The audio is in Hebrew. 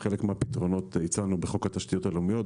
הצענו חלק מהפתרונות בחוק התשתיות הלאומיות,